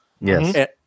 yes